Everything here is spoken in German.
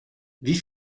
wie